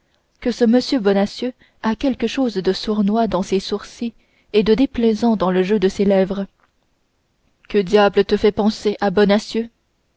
que ce m bonacieux a quelque chose de sournois dans ses sourcils et de déplaisant dans le jeu de ses lèvres qui diable te fait penser à bonacieux